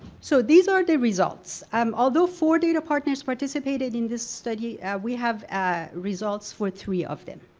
so these are the results um although four data partners participated in the study and we have ah results for three of them